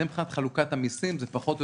זה מבחינת חלוקת המסים וזה פחות או